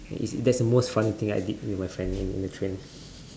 it's that's the most funny thing that I did with my friend in in the train